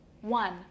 one